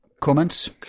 Comments